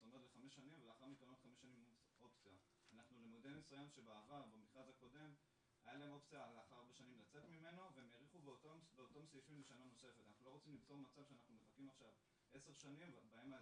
זאת אומרת זה חמש שנים ולאחר